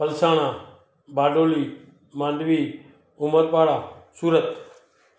Palsana Bardoli Mandvi Umarpada Surat